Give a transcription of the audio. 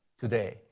today